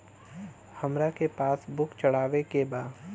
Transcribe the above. हमरा के पास बुक चढ़ावे के बा?